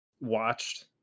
watched